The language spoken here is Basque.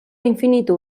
infinitu